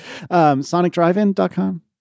sonicdrivein.com